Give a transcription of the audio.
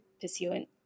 pursuant